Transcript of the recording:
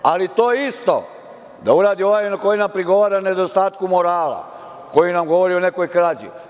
Ali, to isto da uradi i ovaj koji nam prigovara o nedostatku morala, koji nam govori o nekoj krađi.